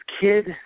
kid